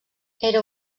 era